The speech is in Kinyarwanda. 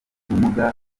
ubumuga